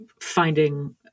finding